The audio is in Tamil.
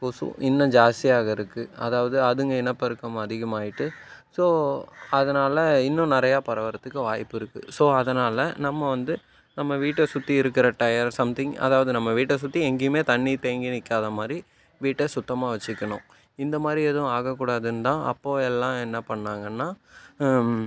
கொசு இன்னும் ஜாஸ்தியாகிறதுக்கு அதாவது அதுங்க இனப்பெருக்கம் அதிகமாகிட்டு ஸோ அதனால் இன்னும் நிறையா பரவுவதுக்கு வாய்ப்பு இருக்குது ஸோ அதனால் நம்ம வந்து நம்ம வீட்டை சுற்றி இருக்கிற டையர் சம்திங் அதாவது நம்ம வீட்டை சுற்றி எங்கேயுமே தண்ணி தேங்கி நிற்காத மாதிரி வீட்டை சுத்தமாக வெச்சுக்கணும் இந்த மாதிரி எதுவும் ஆகாக்கூடாதுன்னுதான் அப்போது எல்லாம் என்ன பண்ணிணாங்கனா